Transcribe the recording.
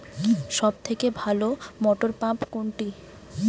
সবথেকে ভালো মটরপাম্প কোনটি?